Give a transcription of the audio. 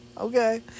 okay